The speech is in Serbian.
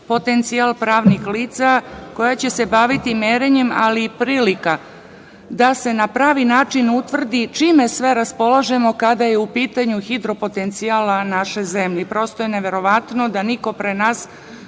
potencijal pravnih lica koja će se baviti merenjem, ali i prilika da se na pravi način utvrdi čime sve raspolažemo kada je u pitanju hidropotencijal naše zemlje. Prosto je neverovatno da niko pre nas